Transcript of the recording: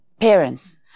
parents